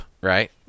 right